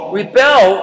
rebel